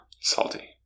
Salty